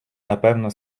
напевно